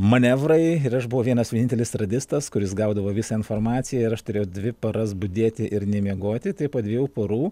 manevrai ir aš buvau vienas vienintelis radistas kuris gaudavo visą informaciją ir aš turėjau dvi paras budėti ir nemiegoti tai po dviejų parų